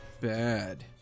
bad